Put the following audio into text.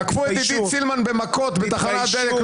תקפו את עידית סילמן במכות בתחנת דלק,